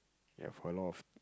ya for a lot of